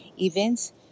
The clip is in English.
events